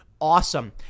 Awesome